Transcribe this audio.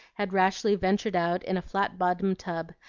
had rashly ventured out in a flat-bottomed tub,